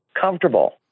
comfortable